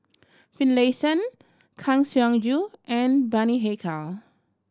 Finlayson Kang Siong Joo and Bani Haykal